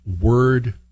word